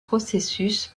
processus